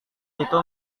itu